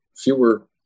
fewer